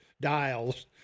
dials